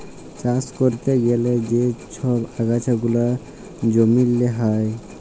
চাষ ক্যরতে গ্যালে যা ছব আগাছা গুলা জমিল্লে হ্যয়